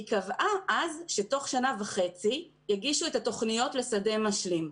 היא קבעה אז שתוך שנה וחצי יגישו את התוכניות לשדה משלים.